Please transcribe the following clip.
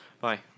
Bye